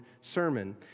sermon